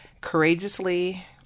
courageously